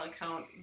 account